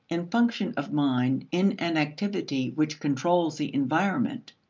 and function of mind in an activity which controls the environment.